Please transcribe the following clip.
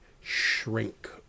shrink